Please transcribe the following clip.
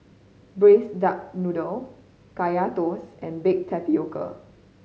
Braised Duck Noodle Kaya Toast and baked tapioca